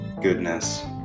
goodness